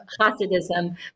Hasidism